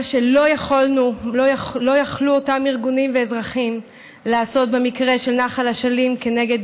מה שלא יכלו אותם ארגונים ואזרחים לעשות במקרה של נחל אשלים כנגד